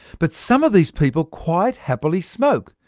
but some of these people quite happily smoke,